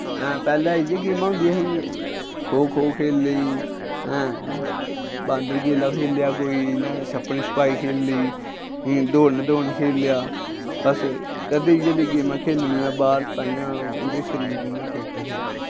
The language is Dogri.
हां पैह्ले इ'यै गेमां होंदियां हियां खो खो खेल्ली लेई ऐं बांदर केला खेल्ली लेआ कोई इ'यां छप्पन छुपाई खेल्ली लेई इ'यां दौड़न दौड़न खेल्ली लेआ बस कदें इ'यै लेइयां गेमां खेलनियां बाह्र ताइयें उं'दे शरीर इ'यां फिट हे